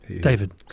David